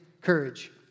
courage